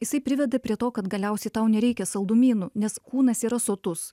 jisai priveda prie to kad galiausiai tau nereikia saldumynų nes kūnas yra sotus